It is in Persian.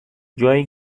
جایی